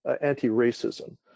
anti-racism